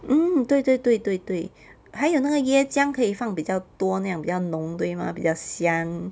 mm 对对对对对还有那个椰浆可以放比较多那样比较浓对吗比较香